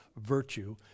Virtue